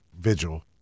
vigil